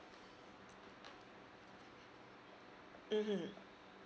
mmhmm